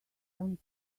some